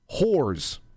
whores